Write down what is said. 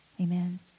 Amen